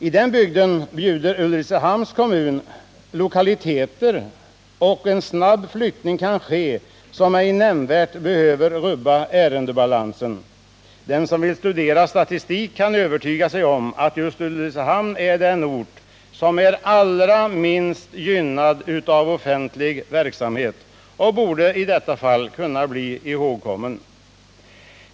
I den bygden erbjuder Ulricehamns kommun lokaliteter, och en snar flyttning, som ej nämnvärt behöver rubba ärendebalansen, kan ske. Den som vill studera statistik kan övertyga sig om att just Ulricehamn är den ort som är allra minst gynnad utav offentlig verksamhet och i detta fall borde kunna bli ihågkommen.